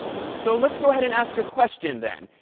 so let's go ahead and ask a question then.